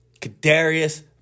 Kadarius